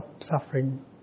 suffering